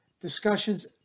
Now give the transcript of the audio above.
discussions